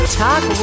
talk